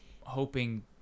hoping